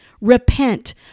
Repent